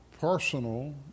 personal